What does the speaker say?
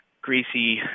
greasy